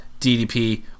DDP